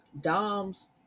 dom's